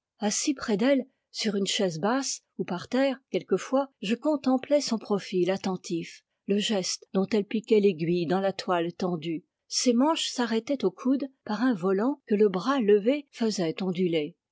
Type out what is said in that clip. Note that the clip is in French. assis près d'elle sur une chaise basse ou par terre quelquefois je contemplais son profil attentif le geste dont elle piquait l'aiguille dans la toile tendue ses manches s'arrêtaient au coude par un volant que le bras levé faisait onduler